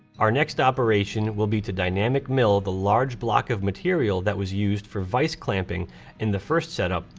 our next operation will be to dynamic mill the large block of material that was used for vise clamping in the first setup,